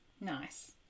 nice